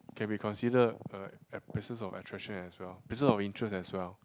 can be considered uh places of attraction as well places of interest as well